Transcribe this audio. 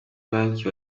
banki